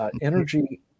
energy